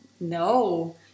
No